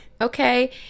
okay